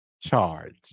charge